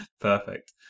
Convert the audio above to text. Perfect